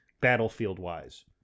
Battlefield-wise